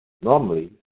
Normally